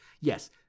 Yes